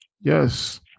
yes